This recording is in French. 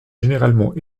également